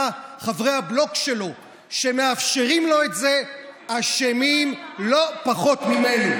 שש"ס לא מפחדת מבחירות.